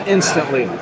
Instantly